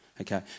Okay